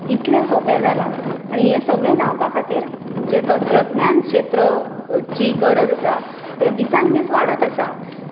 इतलें सोपें जालां आनी हें सगळें जावपा खातीर जें तंत्रज्ञान क्षेत्राची गरज आसा तें दिसान दीस वाडत आसा